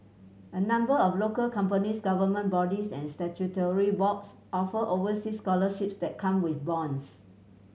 a number of local companies government bodies and statutory boards offer overseas scholarships that come with bonds